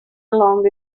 along